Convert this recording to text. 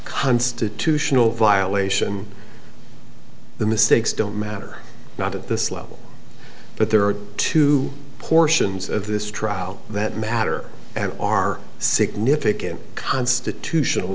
constitutional violation the mistakes don't matter not at this level but there are two portions of this trial that matter and are significant constitutional